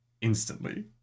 instantly